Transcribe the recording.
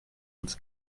uns